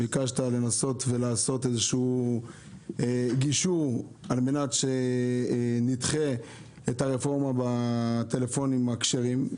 ביקשת לנסות לעשות גישור כדי שנדחה את הרפורמה בטלפונים הכשרים.